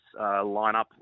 lineup